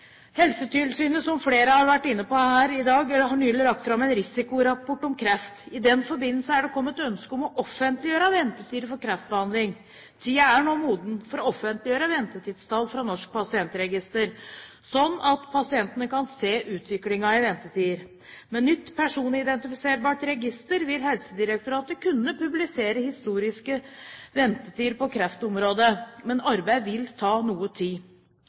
Som flere har vært inne på her i dag, har Helsetilsynet nylig lagt fram en risikorapport om kreft. I den forbindelse er det kommet ønske om å offentliggjøre ventetider for kreftbehandling. Tiden er nå moden for å offentliggjøre ventetidstall fra Norsk pasientregister, sånn at pasientene kan se utviklingen i ventetider. Med nytt, personidentifiserbart register vil Helsedirektoratet kunne publisere historiske ventetider på kreftområdet, men arbeidet vil ta noe tid.